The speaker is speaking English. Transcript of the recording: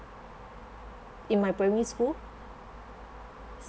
in my primary school